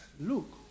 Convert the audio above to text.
look